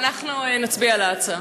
נצביע על ההצעה.